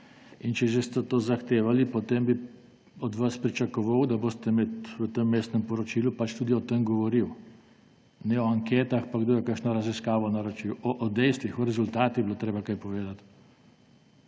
Če ste že to zahtevali, potem bi od vas pričakoval, da boste v tem vmesnem poročilu tudi o tem govorili. Ne o anketah pa kdo je kakšno raziskavo naročil. O dejstvih, o rezultatih bi bilo treba kaj povedati.